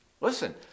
Listen